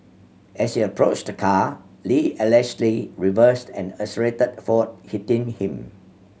as he approached the car Lee allegedly reversed and accelerated forward hitting him